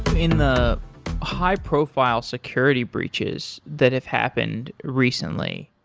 in the high-profile security breaches that have happened recently,